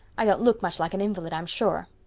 i don't look much like an invalid, i'm sure.